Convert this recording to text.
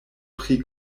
pri